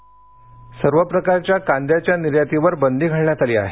कांदा सर्व प्रकारच्या कांद्याच्या निर्यातीवर बंदी घालण्यात आली आहे